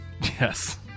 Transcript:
Yes